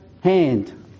hand